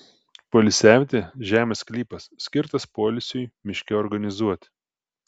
poilsiavietė žemės sklypas skirtas poilsiui miške organizuoti